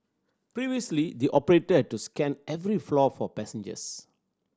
previously the operator had to scan every floor for passengers